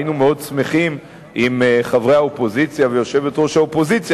היינו מאוד שמחים אם חברי האופוזיציה ויושבת-ראש האופוזיציה